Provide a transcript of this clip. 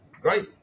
great